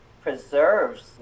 preserves